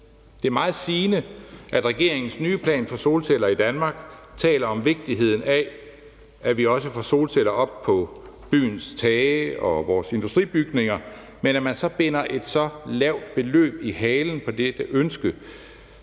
Det er meget sigende, at regeringens nye plan for solceller i Danmark taler om vigtigheden af, at vi også får solceller op på byens tage og vores industribygninger, men så binder man så lavt et beløb i halen på det ønske,